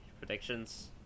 predictions